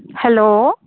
hello